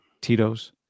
Tito's